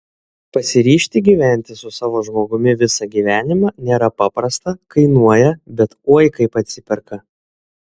pasiryžti gyventi su savo žmogumi visą gyvenimą nėra paprasta kainuoja bet oi kaip atsiperka